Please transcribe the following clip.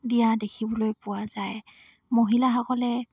দিয়া দেখিবলৈ পোৱা যায় মহিলাসকলে